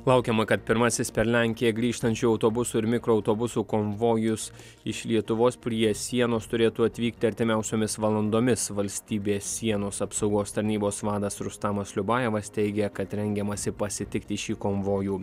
laukiama kad pirmasis per lenkiją grįžtančių autobusų ir mikroautobusų konvojus iš lietuvos prie sienos turėtų atvykti artimiausiomis valandomis valstybės sienos apsaugos tarnybos vadas rustamas liubajevas teigė kad rengiamasi pasitikti šį konvojų